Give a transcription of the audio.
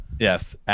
Yes